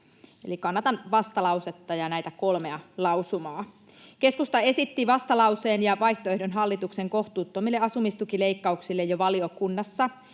kannatan vastalausetta ja näitä kolmea lausumaa. Keskusta esitti vastalauseen ja vaihtoehdon hallituksen kohtuuttomille asumistukileikkauksille jo valiokunnassa,